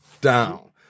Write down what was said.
down